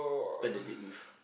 spend the date with